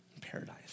paradise